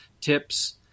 tips